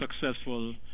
successful